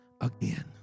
again